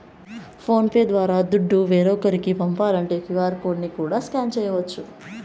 phone pay ద్వారా దుడ్డు వేరోకరికి పంపాలంటే క్యూ.ఆర్ కోడ్ ని కూడా స్కాన్ చేయచ్చు